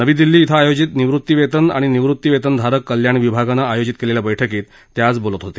नवी दिल्ली इथं आयोजित निवृतीवेतन आणि निवृतीवेतनधारक कल्याण विभागानं आयोजित केलेल्या बैठकीत ते आज बोलत होते